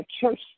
church